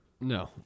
No